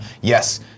yes